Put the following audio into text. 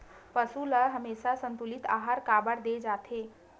पशुओं ल हमेशा संतुलित आहार काबर दे जाथे?